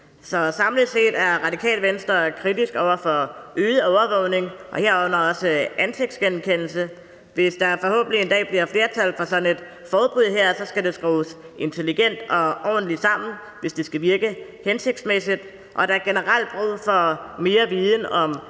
Samlet set er Radikale Venstre kritisk over for øget overvågning, herunder også ansigtsgenkendelse. Hvis der forhåbentlig en dag bliver flertal for sådan et forbud her, skal det skrues intelligent og ordentligt sammen, hvis det skal virke hensigtsmæssigt, og der er generelt brug for mere viden om